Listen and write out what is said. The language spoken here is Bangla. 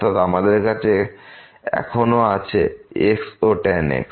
অর্থাৎ আমাদের কাছে এখনো আছে x ও tan x